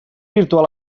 virtual